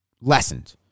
lessened